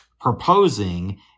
proposing